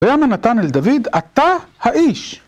ויאמר נתן אל דוד אתה האיש